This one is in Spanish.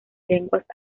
lenguas